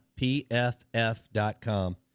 pff.com